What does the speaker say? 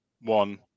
one